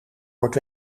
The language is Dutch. wordt